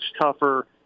tougher